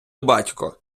батько